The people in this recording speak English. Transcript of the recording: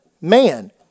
man